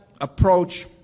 approach